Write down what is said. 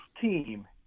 team